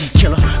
killer